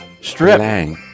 strip